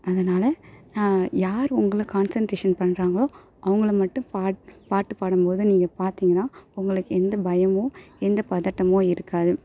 அதனால யார் உங்களை கான்சன்ட்ரேஷன் பண்ணுறாங்களோ அவங்கள மட்டும் பாட் பாட்டு பாடும்போது நீங்கள் பார்த்திங்கனா உங்களுக்கு எந்த பயமோ எந்த பதட்டமோ இருக்காது